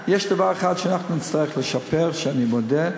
יש דבר אחד שאנחנו נצטרך לשפר, אני מודה,